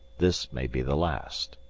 this may be the last.